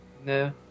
No